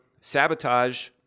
sabotage